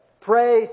Pray